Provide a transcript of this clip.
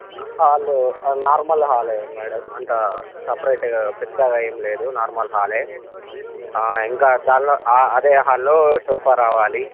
hall normal హాలే madam అంత సెపరేట్గా పెద్దగా ఏం లేదు నార్మల్ హాలే ఇంకా దాన్లో అదే హాల్లో సోఫా రావాలి